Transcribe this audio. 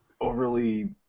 overly